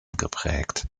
geprägt